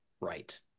right